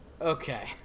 okay